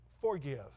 forgive